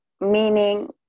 Meaning